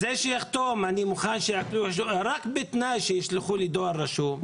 שיחתום שהוא מוכן שיעקלו את החשבון רק בתנאי ששולחים דואר רשום.